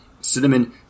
cinnamon